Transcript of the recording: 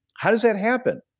how does that happen?